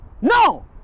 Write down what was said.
No